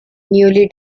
newly